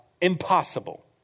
impossible